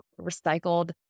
recycled